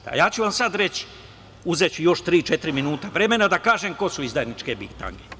Ja ću vam sad reći, uzeću još tri-četiri minuta vremena, da kažem ko su izdajničke bitange.